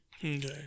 Okay